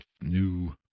new